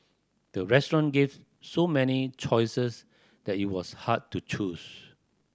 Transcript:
the restaurant gave so many choices that it was hard to choose